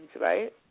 right